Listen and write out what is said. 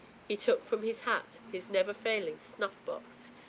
he took from his hat his neverfailing snuff-box,